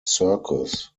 circus